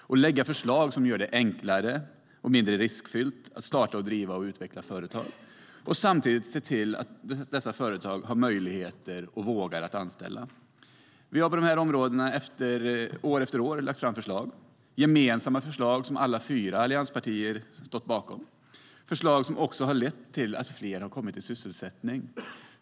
Vi måste lägga fram förslag som gör det enklare och mindre riskfyllt att starta, driva och utveckla företag och samtidigt se till att dessa företag har möjligheter att och vågar anställa. Vi har på dessa områden år efter år lagt fram förslag - gemensamma förslag, som alla fyra allianspartier står bakom. Det har varit förslag som också har lett till att fler har kommit i sysselsättning.